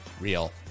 real